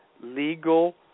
legal